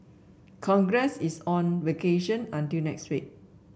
Congress is on vacation until next week